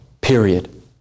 Period